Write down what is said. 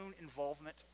involvement